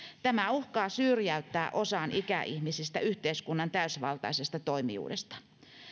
tämä uhkaa syrjäyttää osan ikäihmisistä yhteiskunnan täysvaltaisesta toimijuudesta